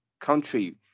country